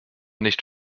nicht